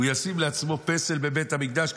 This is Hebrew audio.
הוא ישים לעצמו פסל בבית המקדש,